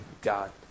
God